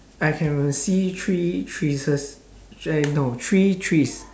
I can uh see three eh no three trees